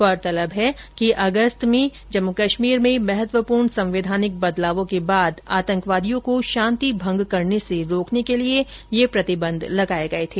गौरतलब है कि अगस्त में जम्मू कश्मीर में महत्वपूर्ण संवैधानिक बदलावों के बाद आतंकवादियों को शांति भंग करने से रोकने के लिए यह प्रतिबंध लगाये गये थे